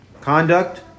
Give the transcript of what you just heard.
conduct